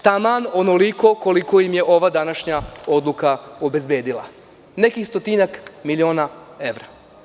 Taman onoliko koliko im je ova današnja odluka obezbedila – nekih stotinak miliona evra.